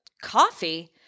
coffee